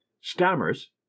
Stammers